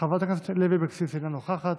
חבר הכנסת קיש, אינו נוכח,